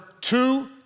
two